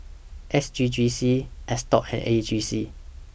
S G G C At stop had A G C